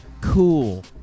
Cool